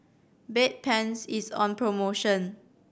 Bedpans is on promotion